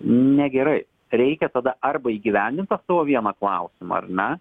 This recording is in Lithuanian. negerai reikia tada arba įgyvendint tą savo vieną klausimą ar ne